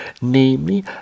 namely